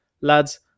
Lads